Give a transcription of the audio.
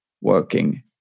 working